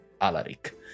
Alaric